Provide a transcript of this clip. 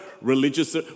religious